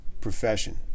profession